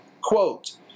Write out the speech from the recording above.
Quote